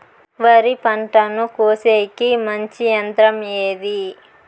వరి పంటను కోసేకి మంచి యంత్రం ఏది?